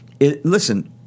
listen